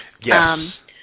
Yes